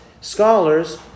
scholars